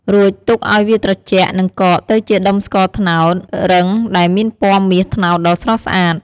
រួចទុកឲ្យវាត្រជាក់និងកកទៅជាដុំស្ករត្នោតរឹងដែលមានពណ៌មាសត្នោតដ៏ស្រស់ស្អាត។